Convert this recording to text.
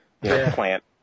plant